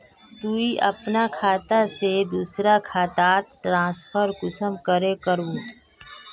तुई अपना खाता से दूसरा खातात ट्रांसफर कुंसम करे करबो?